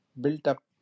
built-up